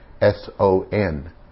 S-O-N